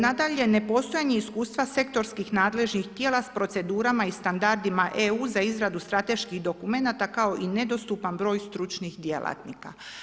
Nadalje, nepostojanje iskustva sektorskih nadležnih tijela s procedurama i standardima EU za izradu strateških dokumenata, kao i nedostupan broj stručnih djelatnika.